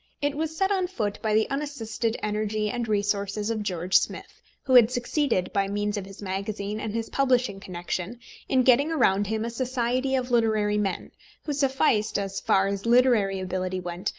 it was set on foot by the unassisted energy and resources of george smith, who had succeeded by means of his magazine and his publishing connection in getting around him a society of literary men who sufficed, as far as literary ability went,